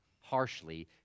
harshly